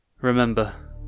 Remember